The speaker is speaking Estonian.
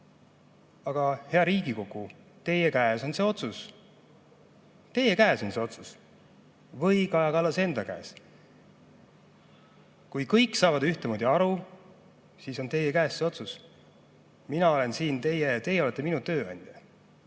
Aga hea Riigikogu, teie käes on see otsus. Teie käes on see otsus! Või Kaja Kallase enda käes. Kui kõik saavad ühtemoodi aru, siis on teie käes see otsus. Mina olen siin, teie olete minu tööandja.